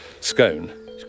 scone